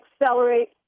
accelerate